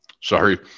sorry